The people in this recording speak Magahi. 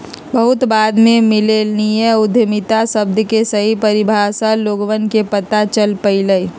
बहुत बाद में मिल्लेनियल उद्यमिता शब्द के सही परिभाषा लोगवन के पता चल पईलय